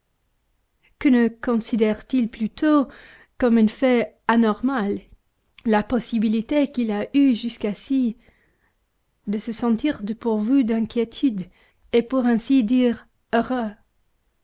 que ne considère-t-il plutôt comme un fait anormal la possibilité qu'il a eue jusqu'ici de se sentir dépourvu d'inquiétude et pour ainsi dire heureux